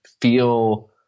feel